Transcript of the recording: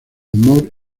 humor